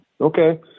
okay